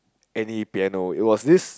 any piano it was this